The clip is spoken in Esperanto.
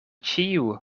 ĉiu